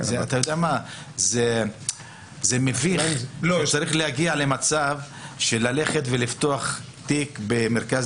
זה מביך שצריך להגיע למצב שצריך לפתוח תיק במרכז